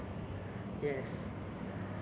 uh ya I roughly know the location is either